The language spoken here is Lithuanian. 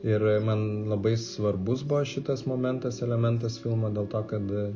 ir man labai svarbus buvo šitas momentas elementas filmo dėl to kad